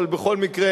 אבל בכל מקרה